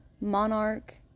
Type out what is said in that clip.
monarch